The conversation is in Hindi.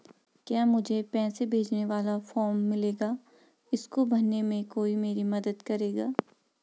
क्या मुझे पैसे भेजने वाला फॉर्म मिलेगा इसको भरने में कोई मेरी मदद करेगा?